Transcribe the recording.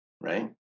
right